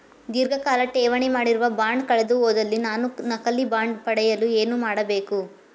ಧೀರ್ಘಕಾಲ ಠೇವಣಿ ಮಾಡಿರುವ ಬಾಂಡ್ ಕಳೆದುಹೋದಲ್ಲಿ ನಾನು ನಕಲಿ ಬಾಂಡ್ ಪಡೆಯಲು ಏನು ಮಾಡಬೇಕು?